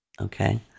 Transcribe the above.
Okay